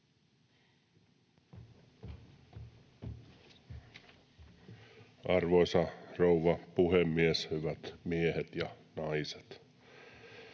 Arvoisa rouva puhemies! Hyvät miehet ja naiset!